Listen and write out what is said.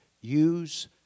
Use